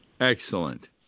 Excellent